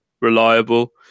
Reliable